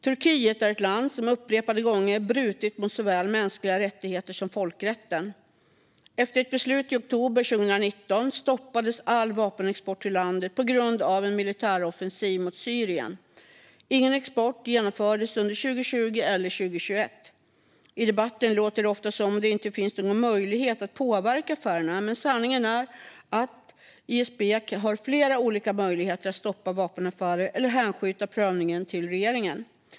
Turkiet är ett land som upprepade gånger brutit mot såväl mänskliga rättigheter som folkrätten. Efter ett beslut i oktober 2019 stoppades all vapenexport till landet på grund av en militäroffensiv mot Syrien. Ingen export genomfördes under 2020 eller 2021. I debatten låter det ofta som om det inte finns någon möjlighet att påverka affärerna, men sanningen är att ISP har flera olika möjligheter att stoppa vapenaffärer eller hänskjuta prövningen till regeringen.